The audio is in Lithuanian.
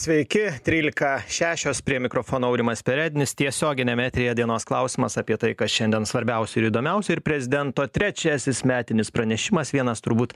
sveiki trylika šešios prie mikrofono aurimas perednis tiesioginiame eteryje dienos klausimas apie tai kas šiandien svarbiausių ir įdomiausių ir prezidento trečiasis metinis pranešimas vienas turbūt